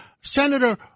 Senator